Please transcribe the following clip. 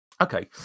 Okay